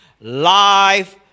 life